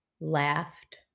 laughed